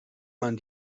man